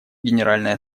генеральной